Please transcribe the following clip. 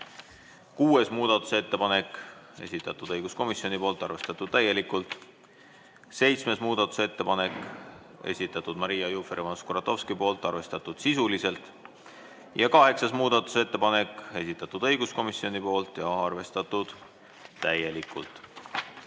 Kuues muudatusettepanek, esitatud õiguskomisjoni poolt, arvestatud täielikult. Seitsmes muudatusettepanek, esitanud Maria Jufereva-Skuratovski, arvestatud sisuliselt. Ja kaheksas muudatusettepanek, esitatud õiguskomisjoni poolt ja arvestatud täielikult.